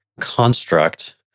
construct